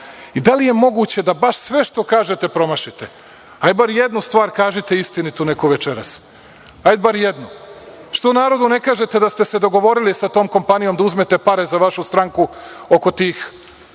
li je moguće da sve što kažete promašite. Hajde barem jednu stvar kažite istinitu večeras. Hajde barem jednu. Što narodu ne kažete da ste se dogovorili sa tom kompanijom da uzmete pare za vašu stranku oko tih